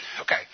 okay